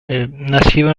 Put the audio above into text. nacido